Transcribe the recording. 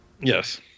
Yes